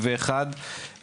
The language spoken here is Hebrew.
ואחד.